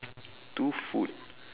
two food